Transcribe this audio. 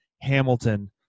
Hamilton